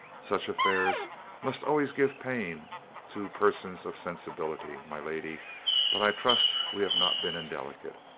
such affairs must always give pain to persons of sensibility, my lady but i trust we have not been indelicate.